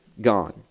gone